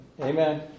Amen